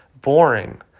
boring